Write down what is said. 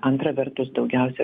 antra vertus daugiausia